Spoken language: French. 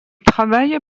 travaille